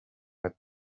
have